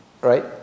Right